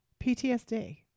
PTSD